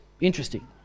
Interesting